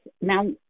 Now